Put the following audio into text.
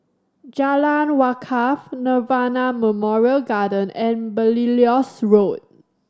Jalan Wakaff Nirvana Memorial Garden and Belilios Road